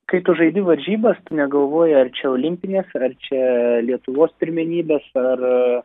kai tu žaidi varžybas tu negalvoji ar čia olimpinės ar čia lietuvos pirmenybės ar